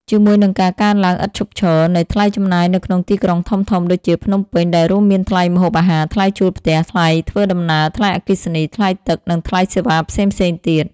ជាមួយនឹងការកើនឡើងឥតឈប់ឈរនៃថ្លៃចំណាយនៅក្នុងទីក្រុងធំៗដូចជា ភ្នំពេញ ដែលរួមមានថ្លៃម្ហូបអាហារ ថ្លៃជួលផ្ទះ ថ្លៃធ្វើដំណើរ ថ្លៃអគ្គិសនី ថ្លៃទឹក និងថ្លៃសេវាផ្សេងៗទៀត។